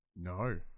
No